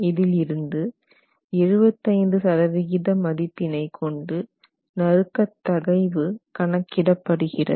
இதிலிருந்து 75 சதவிகித மதிப்பினை கொண்டு நறுக்கத் தகைவு கணக்கிடப்படுகிறது